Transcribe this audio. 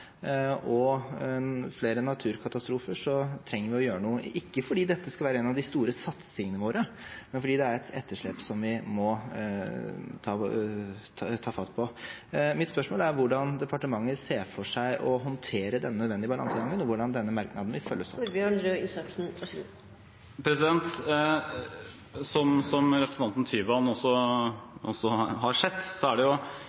og flere naturkatastrofer, trenger vi å gjøre noe – ikke fordi dette skal være en av de store satsingene våre, men fordi det er et etterslep som vi må ta fatt på. Mitt spørsmål er: Hvordan ser departementet for seg å håndtere denne nødvendige balansegangen, og hvordan vil denne merknaden følges opp? Jeg tenkte litt på – da vi jobbet med langtidsplanen – om man ville oppfatte dette som en prioritering. Men da vil man jo